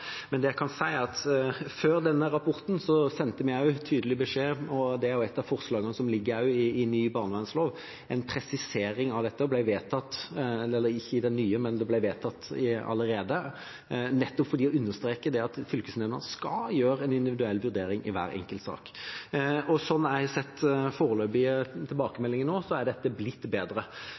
jeg kan si, er at før denne rapporten sendte vi en tydelig beskjed, og det er også et av forslagene som ligger i ny barnevernslov. En ny presisering av dette er også vedtatt allerede, nettopp for å understreke at fylkesnemndene skal gjøre en individuell vurdering i hver enkelt sak. Ut fra det jeg har sett av foreløpige tilbakemeldinger, har dette blitt bedre.